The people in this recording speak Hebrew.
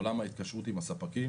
בעולם ההתקשרות עם הספקים